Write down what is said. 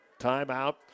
timeout